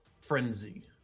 frenzy